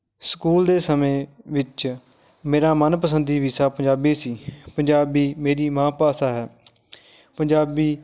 school ਦੇ ਸਮੇਂ ਵਿੱਚ ਮੇਰਾ ਮਨਪਸੰਦ ਵਿਸ਼ਾ ਪੰਜਾਬੀ ਸੀ ਪੰਜਾਬੀ ਮੇਰੀ ਮਾਂ ਭਾਸ਼ਾ ਹੈ ਪੰਜਾਬੀ